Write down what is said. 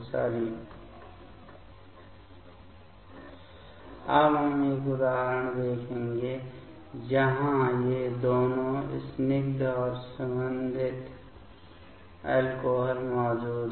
sorry अब हम एक उदाहरण देखेंगे जहां ये दोनों स्निग्ध और सुगंधित अल्कोहल मौजूद हैं